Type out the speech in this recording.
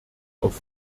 auf